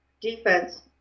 defense